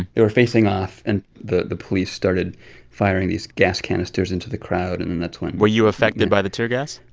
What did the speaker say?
they were facing off. and the the police started firing these gas canisters into the crowd. and and that's when. were you affected by the tear gas?